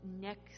next